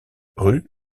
rue